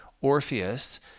Orpheus